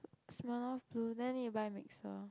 Smirnoff Blue then need to buy mixer